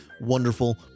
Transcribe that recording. wonderful